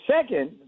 second